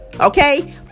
Okay